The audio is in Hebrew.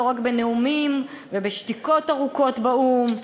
לא רק בנאומים ובשתיקות ארוכות באו"ם,